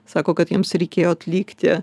sako kad jiems reikėjo atlikti